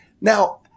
Now